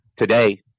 today